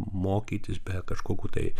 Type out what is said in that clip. mokytis be kažkokių tai